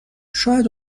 شاید